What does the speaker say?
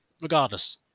regardless